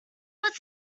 was